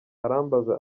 arambaza